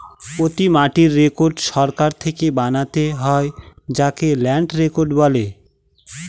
প্রতি মাটির রেকর্ড সরকার থেকে বানাতে হয় যাকে ল্যান্ড রেকর্ড বলে